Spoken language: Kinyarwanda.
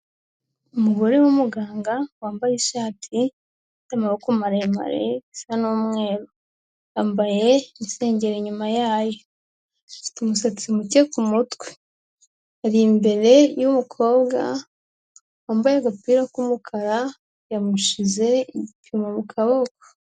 Umugore w'umuganga wambaye ishati ifite amaboko maremare isa n'umweru, yambaye insengeri inyuma yayo, afite umusatsi muke ku mutwe, ari imbere y'umukobwa wambaye agapira k'umukara, yamushyize igipimo mu kaboko.